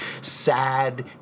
sad